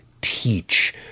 Teach